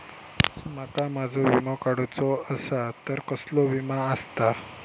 माका माझो विमा काडुचो असा तर कसलो विमा आस्ता?